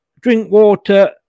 Drinkwater